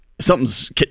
something's